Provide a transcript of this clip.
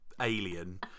alien